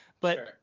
but-